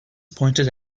pointed